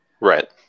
Right